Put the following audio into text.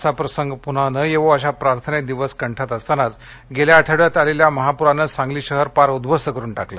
असा प्रसंग पुन्हा न येवो अशा प्रार्थनेत दिवस कंठत असतानाच गेल्या आठवड्यात आलेल्या महापूरानं सांगली शहर पार उद्ध्वस्त करून टाकलं